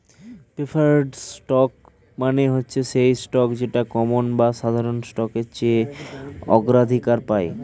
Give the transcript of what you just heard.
preferred stock মানে হচ্ছে সেই স্টক যেটা কমন বা সাধারণ স্টকের চেয়ে অগ্রাধিকার পায়